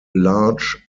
large